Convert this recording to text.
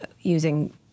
using